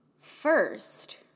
first